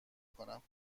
کنم